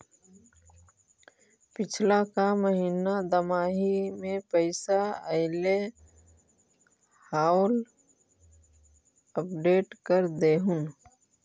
पिछला का महिना दमाहि में पैसा ऐले हाल अपडेट कर देहुन?